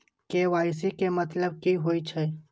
KYC के मतलब कि होई छै?